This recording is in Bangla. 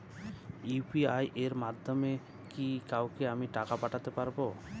ইউ.পি.আই এর মাধ্যমে কি আমি কাউকে টাকা ও পাঠাতে পারবো?